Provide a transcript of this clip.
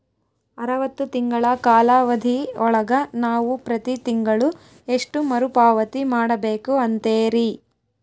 ಅರವತ್ತು ತಿಂಗಳ ಕಾಲಾವಧಿ ಒಳಗ ನಾವು ಪ್ರತಿ ತಿಂಗಳು ಎಷ್ಟು ಮರುಪಾವತಿ ಮಾಡಬೇಕು ಅಂತೇರಿ?